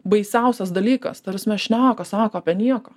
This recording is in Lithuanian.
baisiausias dalykas ta prasme šneka sako apie nieką